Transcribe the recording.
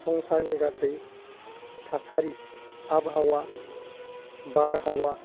संसारनि गासै थासारि आबहावा बारहावा